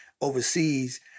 overseas